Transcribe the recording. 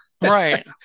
Right